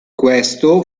questo